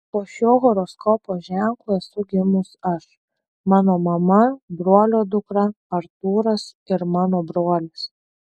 po šiuo horoskopo ženklu esu gimus aš mano mama brolio dukra artūras ir mano brolis